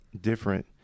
different